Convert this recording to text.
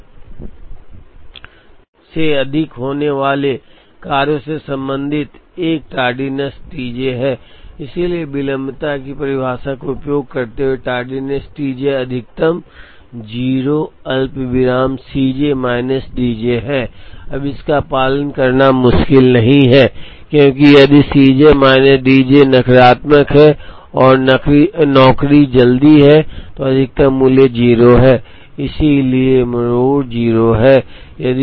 तो नियत तिथियों से अधिक होने वाले कार्यों से संबंधित एक Tardiness T j है इसलिए विलंबता की परिभाषा का उपयोग करते हुए Tardiness T j अधिकतम 0 अल्पविराम C j minus D j है अब इसका पालन करना मुश्किल नहीं है क्योंकि यदि C j minus D J नकारात्मक है और नौकरी जल्दी है तो अधिकतम मूल्य 0 है इसलिए मरोड़ 0 है